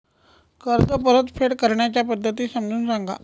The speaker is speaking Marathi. कर्ज परतफेड करण्याच्या पद्धती समजून सांगा